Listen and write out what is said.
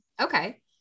Okay